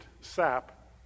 sap